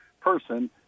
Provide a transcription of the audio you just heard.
person